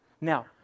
Now